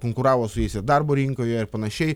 konkuravo su jais ir darbo rinkoje ir panašiai